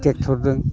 ट्रेक्ट'रजों